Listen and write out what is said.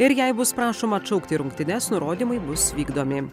ir jei bus prašoma atšaukti rungtynes nurodymai bus vykdomi